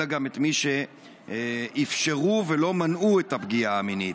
אלא גם את מי שאפשרו ולא מנעו את הפגיעה המינית.